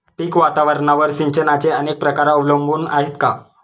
पीक वातावरणावर सिंचनाचे अनेक प्रकार अवलंबून आहेत का?